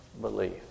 belief